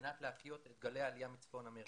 מנת להחיות את גלי העלייה מצפון אמריקה.